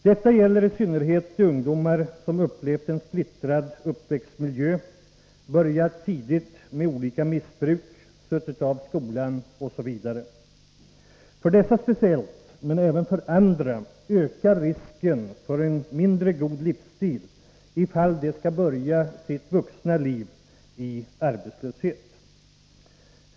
Detta gäller i synnerhet de ungdomar som upplevt en splittrad uppväxtmiljö, börjat tidigt med olika missbruk, suttit av skolan osv. Speciellt för dessa, men även för andra, ökar risken för en mindre god livsstil, ifall de skall börja sitt vuxna liv i arbetslöshet.